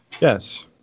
Yes